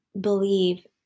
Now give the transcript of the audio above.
believe